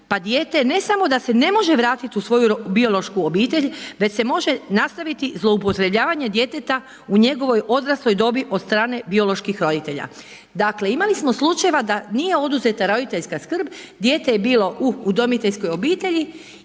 pa dijete ne samo da se ne može vratiti u svoju biološku obitelj, već se može nastaviti zloupotrebljavanje djeteta u njegovoj odrasloj dobi od strane bioloških roditelja. Dakle imali smo slučajeva da nije oduzeta roditeljska skrb, dijete je bilo u udomiteljskoj obitelji